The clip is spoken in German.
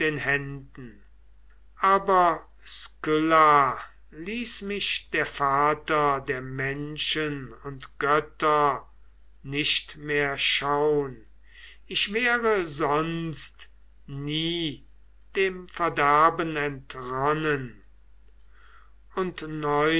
händen aber skylla ließ mich der vater der menschen und götter nicht mehr schaun ich wäre sonst nie dem verderben entronnen und